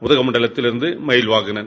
உதகமண்டலத்திலிருந்து Mayilvahanan